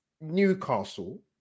Newcastle